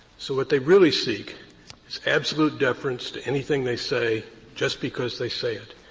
so what they really seek is absolute deference to anything they say just because they say it.